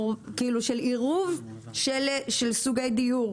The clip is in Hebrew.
כאילו של עירוב של סוגי דיור.